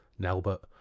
Nelbert